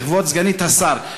וכבוד סגנית השר,